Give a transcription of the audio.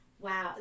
wow